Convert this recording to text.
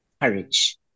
courage